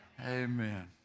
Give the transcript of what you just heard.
amen